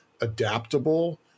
adaptable